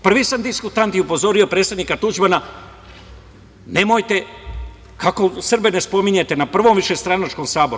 Prvi sam diskutant i upozorio predsednika Tuđmana – kako Srbe ne spominjete na prvom višestranačkom saboru.